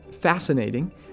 fascinating